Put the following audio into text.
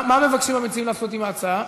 מה מבקשים המציעים לעשות עם ההצעות?